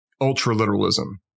ultra-literalism